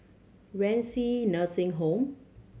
Renci Nursing Home